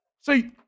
See